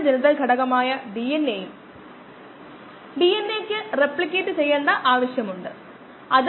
303 divided by k d log to the base 10 of xv not by xv